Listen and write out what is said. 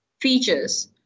features